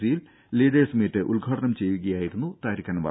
സിയിൽ leaders meet ഉദ്ഘാടനം ചെയ്യുകയായിരുന്നു താരിഖ് അൻവർ